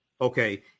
okay